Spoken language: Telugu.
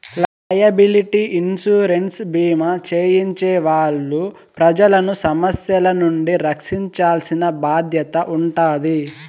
లైయబిలిటీ ఇన్సురెన్స్ భీమా చేయించే వాళ్ళు ప్రజలను సమస్యల నుండి రక్షించాల్సిన బాధ్యత ఉంటాది